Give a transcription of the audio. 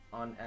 on